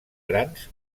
grans